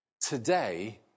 Today